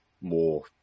more